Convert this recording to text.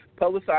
publicize